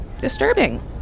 disturbing